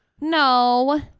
No